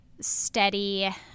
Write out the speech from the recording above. steady